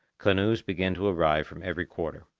canoes began to arrive from every quarter.